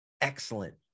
excellent